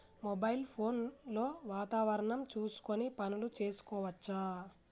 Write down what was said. Mobile phone లో వాతావరణం చూసుకొని పనులు చేసుకోవచ్చా?